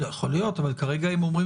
יכול להיות, אבל כרגע לפחות הם אומרים